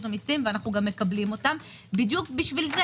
המיסים וגם מקבלים אותם בדיוק בשביל זה